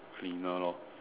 cleaner lor